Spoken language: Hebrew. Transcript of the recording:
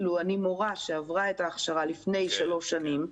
לו אני מורה שעברה את ההכשרה לפני שלוש שנים,